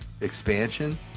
Expansion